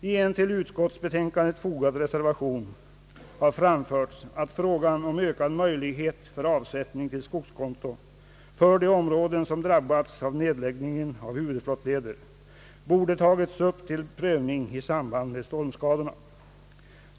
I en till utskottsbetänkandet fogad reservation har framförts att frågan om ökad möjlighet för avsättning till skogskonto för de områden som drabbats av nedläggningen av huvudflottleder borde ha tagits upp till prövning i samband med stormskadorna.